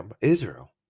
Israel